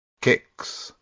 Kicks